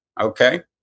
okay